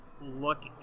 look